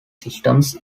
systems